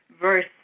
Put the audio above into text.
verse